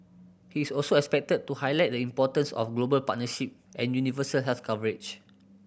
he is also expected to highlight the importance of global partnership and universal health coverage